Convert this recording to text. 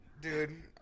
Dude